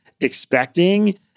expecting